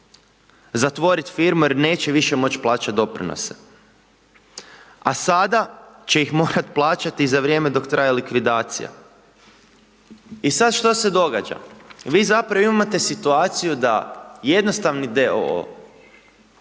zatvoriti firmu jer neće više moći plaćati doprinose. A sada će ih morati plaćati za vrijeme dok traje likvidacija. I sada što se događa? Vi zapravo imate situaciju da jednostavni